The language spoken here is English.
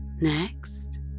Next